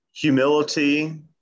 Humility